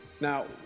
Now